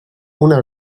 una